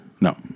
No